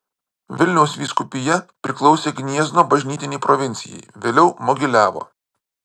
vilniaus vyskupija priklausė gniezno bažnytinei provincijai vėliau mogiliavo